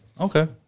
okay